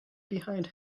behind